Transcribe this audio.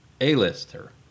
A-lister